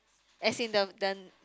as in the the